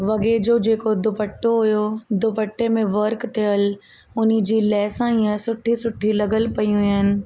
वॻे जो जेको दुपटो हुयो दुपटे में वर्क थियल उन जी लेसां ईअं सुठी सुठी लॻल पयूं आहिनि